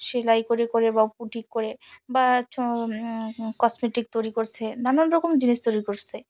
সেলাই করে করে বা বুটিক করে বা চ কসমেটিক তৈরি করছে নানান রকম জিনিস তৈরি করছে